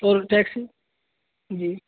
اور ٹیکسی جی